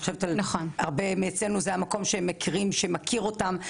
הרבה מאצלנו זה המקום שהם מכירים ושמכיר אותם,